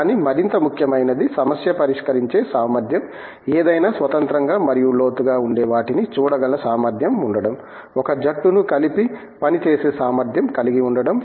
కానీ మరింత ముఖ్యమైనది సమస్య పరిష్కరించే సామర్ధ్యం ఏదైనా స్వతంత్రంగా మరియు లోతుగా ఉండే వాటిని చూడగల సామర్థ్యం ఉండడం ఒక జట్టును కలిపి పని చేసే సామర్థ్యం కలిగివుండడం